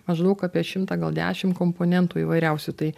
maždaug apie šimtą gal dešim komponentų įvairiausių tai